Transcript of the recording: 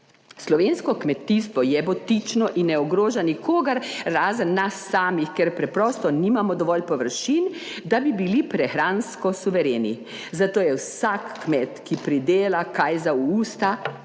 Slovensko kmetijstvo je butično in ne ogroža nikogar, razen nas samih, ker preprosto nimamo dovolj površin, da bi bili prehransko suvereni, zato je vsak kmet, ki pridela kaj za v usta,